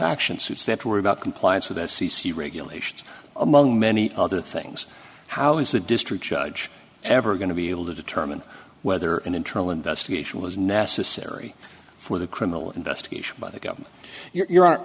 action suits that worry about compliance with c c regulations among many other things how is the district judge ever going to be able to determine whether an internal investigation was necessary for the criminal investigation by the go you're are you're